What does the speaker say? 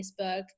Facebook